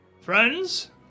Friends